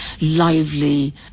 lively